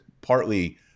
partly